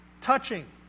touching